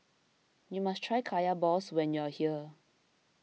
you must try Kaya Balls when you are here